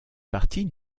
partie